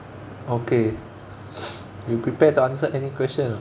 okay you prepared to answer any question or not